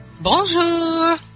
Bonjour